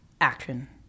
action